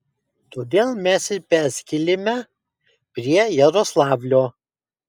todėl mes ir persikėlėme prie jaroslavlio